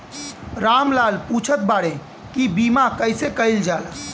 राम लाल पुछत बाड़े की बीमा कैसे कईल जाला?